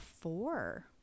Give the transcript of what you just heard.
four